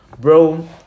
Bro